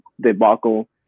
debacle